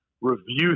review